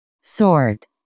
sword